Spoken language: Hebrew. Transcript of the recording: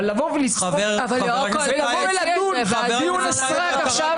אבל לבוא ולדון דיון סרק עכשיו?